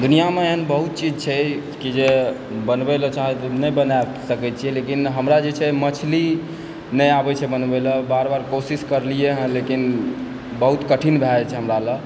दुनिआमे एहन बहुत चीज छै कि जे बनबय ला चाहै छी नहि बना सकै छी लेकिन हमरा जे छै मछली नहि आबय छै बनबय ला बार बार कोशिश करलियै हँ लेकिन बहुत कठिन भए जाइ छै हमरा ला